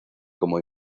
como